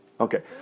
Okay